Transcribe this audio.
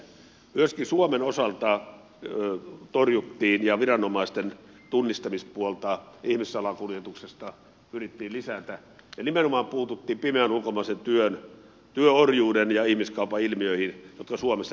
myöskin suomen osalta torjuttiin ja viranomaisten tunnistamispuolta ihmissalakuljetuksessa pyrittiin lisäämään ja nimenomaan puututtiin pimeän ulkomaisen työn työorjuuden ja ihmiskaupan ilmiöihin jotka suomessa rehottavat tänä päivänä